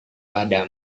pada